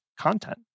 content